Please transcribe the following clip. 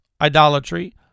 idolatry